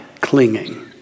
clinging